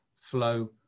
flow